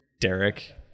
derek